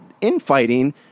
infighting